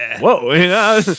Whoa